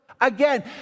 Again